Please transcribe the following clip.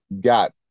got